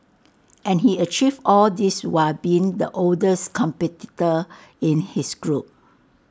and he achieved all this while being the oldest competitor in his group